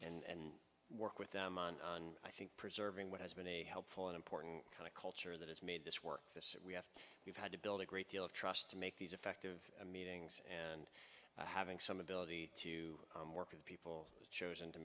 for and work with them and i think preserving what has been a helpful and important kind of culture that has made this work this we have we've had to build a great deal of trust to make these effective meetings and having some ability to work with people chosen to